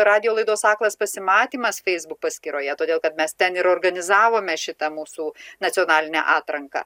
radijo laidos aklas pasimatymas feisbuk paskyroje todėl kad mes ten ir organizavome šitą mūsų nacionalinę atranką